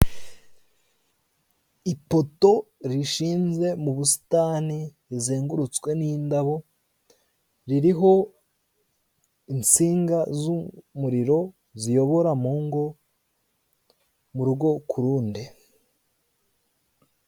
Ipoto rishinze mu busitani rizengurutswe n'indabo, ririho insinga z'umuriro ziyobora mu ngo, mu rugo kurundi.